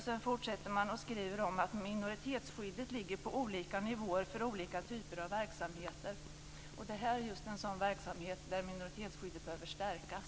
Sedan fortsätter man med att skriva om att minoritetsskyddet ligger på olika nivåer för olika typer av verksamheter. Detta är just en sådan verksamhet där minoritetsskyddet behöver stärkas.